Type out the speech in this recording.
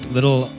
Little